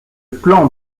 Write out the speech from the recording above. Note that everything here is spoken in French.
plan